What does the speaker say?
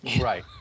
Right